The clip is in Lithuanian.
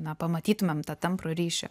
na pamatytumėm tą tamprų ryšį